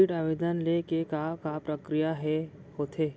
ऋण आवेदन ले के का का प्रक्रिया ह होथे?